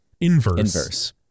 Inverse